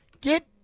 Get